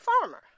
farmer